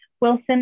Wilson